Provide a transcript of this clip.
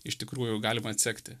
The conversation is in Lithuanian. iš tikrųjų galima atsekti